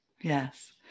yes